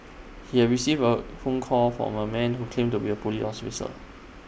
he have received A phone call from A man who claimed to be A Police